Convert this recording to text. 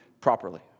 properly